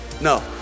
no